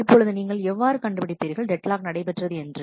இப்பொழுது நீங்கள் எவ்வாறு கண்டுபிடிப்பீர்கள் டெட்லாக் நடைபெற்றது என்று